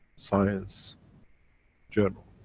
science journal.